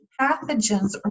pathogens